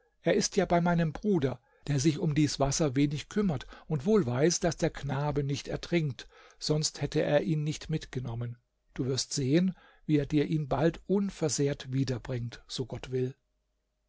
er ist ja bei meinem bruder der sich um dies wasser wenig kümmert und wohl weiß daß der knabe nicht ertrinkt sonst hätte er ihn nicht mitgenommen du wirst sehen wie er dir ihn bald unversehrt wiederbringt so gott will